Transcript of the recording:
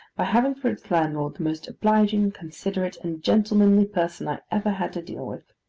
by having for its landlord the most obliging, considerate, and gentlemanly person i ever had to deal with.